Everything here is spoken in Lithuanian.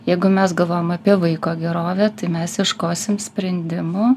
jeigu mes galvojam apie vaiko gerovę tai mes ieškosim sprendimų